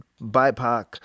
BIPOC